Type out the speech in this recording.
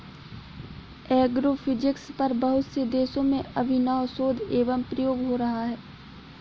agrophysics पर बहुत से देशों में अभिनव शोध एवं प्रयोग हो रहा है